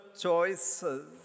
choices